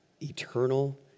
eternal